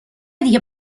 دیگه